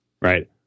Right